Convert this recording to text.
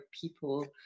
people